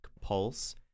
pulse